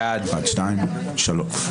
1,212 מי בעד?